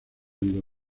vivido